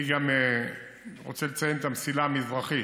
אני גם רוצה לציין גם את המסילה המזרחית,